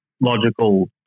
logical